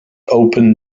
open